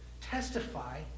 testify